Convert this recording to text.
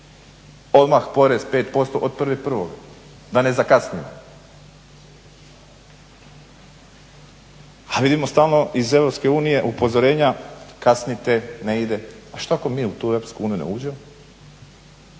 odmah porez 5% od 1.1. da ne zakasnimo. A vidimo stalno iz EU upozorenja kasnite, ne ide. A šta ako mi u tu EU ne uđemo?